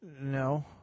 No